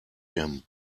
him